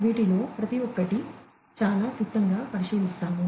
వీటిలో ప్రతి ఒక్కటి చాలా క్లుప్తంగా పరిశీలిస్తాము